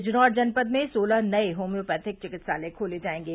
बिजनौर जनपद में सोलह नये होम्योपैथिक चिकित्सालय खोले जायेंगे